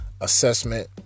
assessment